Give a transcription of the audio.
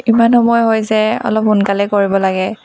ইমান সময় হৈছে অলপ সোনকালে কৰিব লাগে